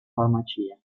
farmacia